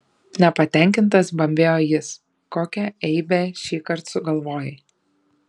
nepatenkintas bambėjo jis kokią eibę šįkart sugalvojai